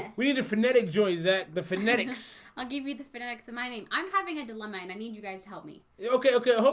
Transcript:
and we need a phonetic joys that the phonetics i'll give you the finnex in my name i'm having a dilemma and i need you guys to help me. yeah okay? okay,